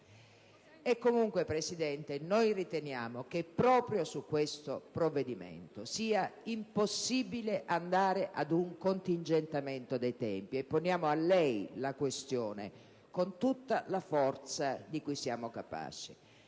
E comunque, Presidente, riteniamo che proprio su questo provvedimento sia impossibile andare ad un contingentamento dei tempi e poniamo a lei la questione con tutta la forza di cui siamo capaci.